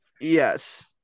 Yes